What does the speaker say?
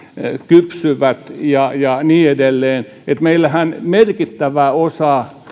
kypsyvät ja ja niin edelleen meillähän merkittävä osa